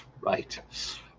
right